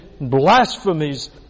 blasphemies